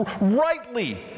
rightly